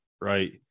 right